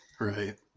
right